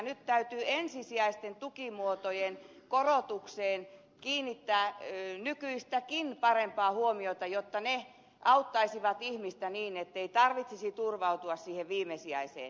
nyt täytyy ensisijaisten tukimuotojen korotukseen kiinnittää nykyistäkin parempaa huomiota jotta ne auttaisivat ihmistä niin ettei tarvitsisi turvautua siihen viimesijaiseen